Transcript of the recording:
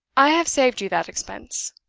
i have saved you that expense.